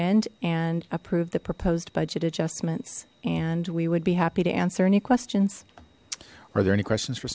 end and approve the proposed budget adjustments and we would be happy to answer any questions are there any questions for